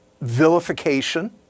vilification